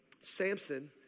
Samson